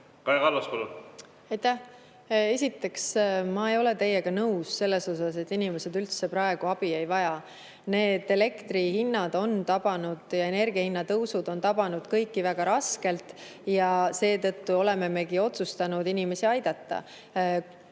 tööd. Aitäh! Esiteks, ma ei ole teiega nõus selles osas, et inimesed üldse praegu abi ei vaja. Need elektri hinna ja muu energia hinna tõusud on tabanud kõiki väga raskelt ja seetõttu olemegi otsustanud inimesi aidata.